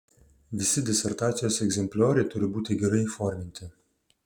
visi disertacijos egzemplioriai turi būti gerai įforminti